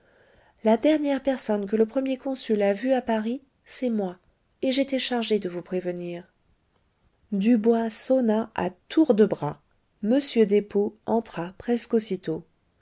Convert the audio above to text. la dernière personne que le premier consul a vue à paris c'est moi et j'étais chargée de vous prévenir dubois sonna à tour de bras m despaux entra presque aussitôt